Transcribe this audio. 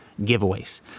giveaways